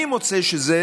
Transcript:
אני מוצא שזה